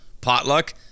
potluck